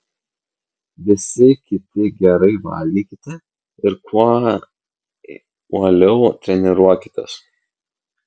visi kiti gerai valgykite ir kuo uoliau treniruokitės